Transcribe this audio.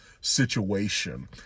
situation